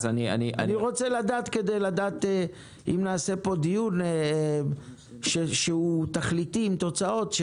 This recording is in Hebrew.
אני רוצה לדעת כדי לקיים דיון תכליתי, עם תוצאות.